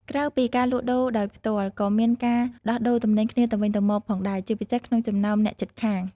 ក្រៅពីការលក់ដូរដោយផ្ទាល់ ក៏មានការដោះដូរទំនិញគ្នាទៅវិញទៅមកផងដែរ ជាពិសេសក្នុងចំណោមអ្នកជិតខាង។